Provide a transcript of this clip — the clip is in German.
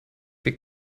wir